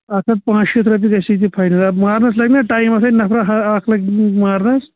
اکھ ہتھ پٲنٛژھ شیٖتھ رۄپیہِ گٔژھی یہِ خٔریٖدار مارنس لگہِ نا ٹایِم ژےٚ فاینل اَتھ ہَے نفرٕ ہا اکھ لگہِ مارنس